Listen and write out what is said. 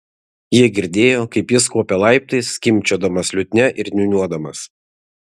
jie girdėjo kaip jis kopia laiptais skimbčiodamas liutnia ir niūniuodamas